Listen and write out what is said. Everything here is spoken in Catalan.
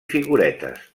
figuretes